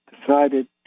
decided